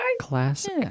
Classic